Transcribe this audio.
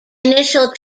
initial